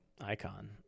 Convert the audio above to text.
icon